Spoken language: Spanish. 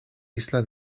isla